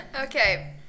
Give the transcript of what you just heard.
Okay